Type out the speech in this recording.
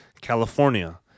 California